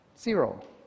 Zero